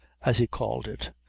as he called it,